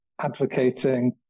advocating